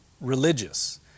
religious